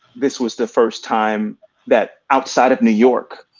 this was the first time that outside of new york,